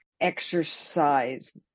exercise